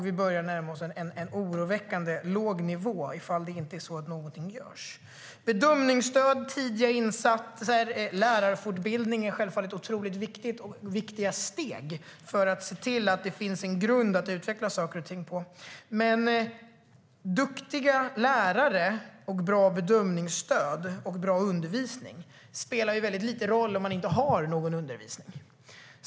Vi börjar närma oss en nivå som blir oroväckande låg ifall något inte görs. Bedömningsstöd, tidiga insatser och lärarfortbildning är självfallet otroligt viktiga steg för att se till att det finns en grund att utveckla saker och ting på. Men duktiga lärare och bra bedömningsstöd och undervisning spelar väldigt liten roll om man inte har någon undervisning.